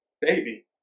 Baby